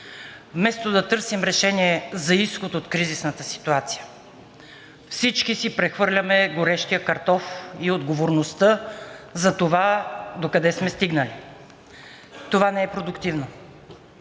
вместо да търсим решение за изход от кризисната ситуация, всички си прехвърляме горещия картоф и отговорността за това докъде сме стигнали. Това не е продуктивно.